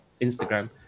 instagram